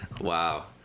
Wow